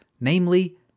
namely